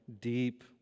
deep